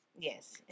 yes